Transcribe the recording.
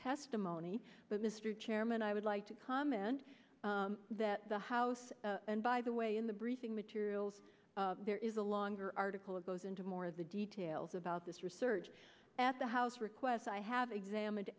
testimony but mr chairman i would like to comment that the house and by the way in the briefing materials there is a longer article it goes into more the details about this research at the house requests i have examined